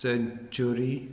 sanctuary